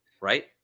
right